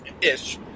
Ish